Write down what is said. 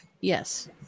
Yes